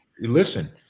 Listen